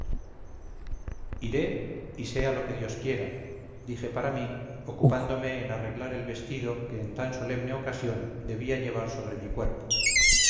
y sea lo que dios quiera dije para mí ocupándome en arreglar el vestido que en tan solemne ocasión debía llevar sobre mi cuerpo